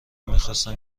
میخواستم